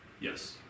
yes